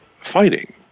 fighting